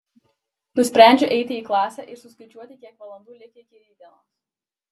nusprendžiu eiti į klasę ir suskaičiuoti kiek valandų likę iki rytdienos